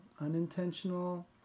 unintentional